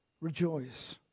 Rejoice